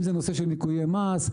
אם זה נושא של ניכויי מס,